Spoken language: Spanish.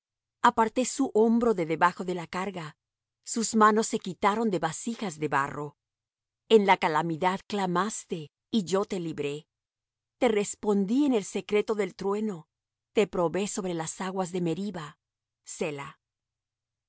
aparté su hombro de debajo de la carga sus manos se quitaron de vasijas de barro en la calamidad clamaste y yo te libré te respondí en el secreto del trueno te probé sobre las aguas de meriba